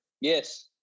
Yes